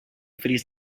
fris